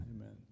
Amen